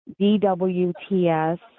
DWTS